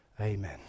Amen